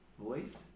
voice